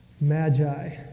magi